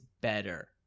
better